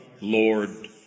Lord